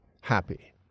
happy